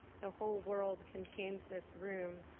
the whole world contains this room.